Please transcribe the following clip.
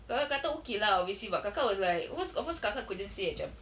kakak kata okay lah obviously but kakak was like cause what cause kakak couldn't say macam